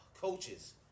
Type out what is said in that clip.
Coaches